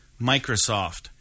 Microsoft